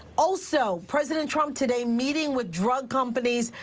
also, president trump today meeting with drug companies,